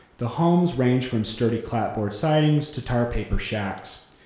the homes range from sturdy clapboard sidings to tar paper shacks,